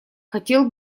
хотел